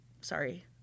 sorry